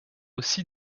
aussi